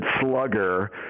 slugger